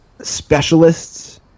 specialists